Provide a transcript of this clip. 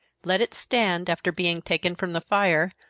let it stand, after being taken from the fire,